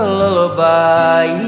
lullaby